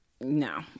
No